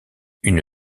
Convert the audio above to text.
une